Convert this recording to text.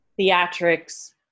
theatrics